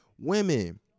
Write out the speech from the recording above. women